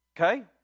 okay